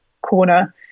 corner